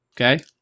Okay